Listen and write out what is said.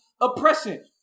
oppression